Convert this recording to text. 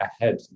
ahead